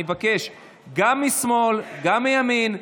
אני מבקש גם משמאל וגם מימין,